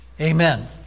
Amen